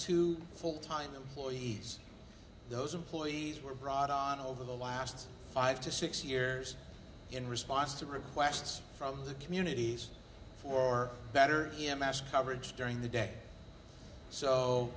two full time employees those employees were brought on over the last five to six years in response to requests from the communities for better him ask coverage during the day so